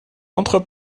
n’entre